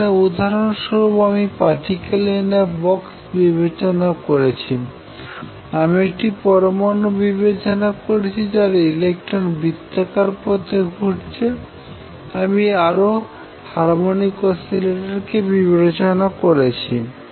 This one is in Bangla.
এখানে উদাহরণ স্বরূপ আমি পার্টিক্যাল ইন আ বক্সকে বিবেচনা করেছি আমি একটি পরমাণু বিবেচনা করেছি যার ইলেকট্রন বৃত্তাকার পথে ঘুরছে আমি আরো হারমনিক অসিলেটর কে বিবেচনা করেছি